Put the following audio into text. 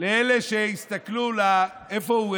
לאלה שהסתכלו, איפה הוא,